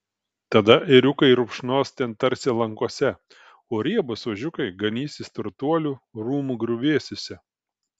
tada ėriukai rupšnos ten tarsi lankose o riebūs ožiukai ganysis turtuolių rūmų griuvėsiuose